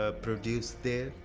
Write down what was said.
ah produced there.